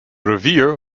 rivier